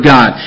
God